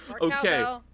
Okay